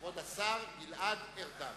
גלעד ארדן.